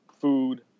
food